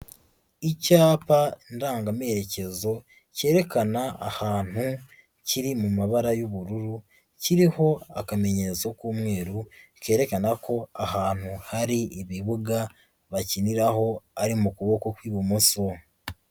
Icyapa ndangamerekezo cyerekana ahantu kiri mu mabara y'ubururu, kiriho akamenyetso k'umweru kerekana ko ahantu hari ibibuga bakiniraho ari mu kuboko ku ibumoso.